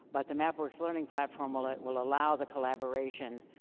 but the mapworks learning platform will ah will allow the collaboration,